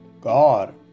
God